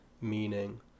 meaning